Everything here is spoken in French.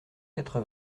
quatre